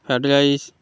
fried rice